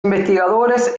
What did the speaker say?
investigadores